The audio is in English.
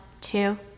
two